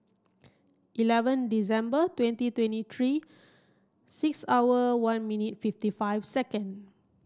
eleven December twenty twenty three six hour one minute fifty five second